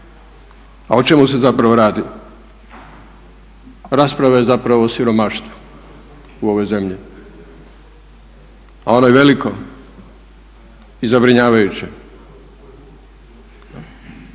A o čemu se zapravo radi? Rasprava je zapravo siromaštvo u ovoj zemlji a ono je veliko i zabrinjavajuće.